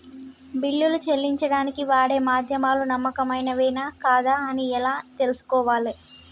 బిల్లులు చెల్లించడానికి వాడే మాధ్యమాలు నమ్మకమైనవేనా కాదా అని ఎలా తెలుసుకోవాలే?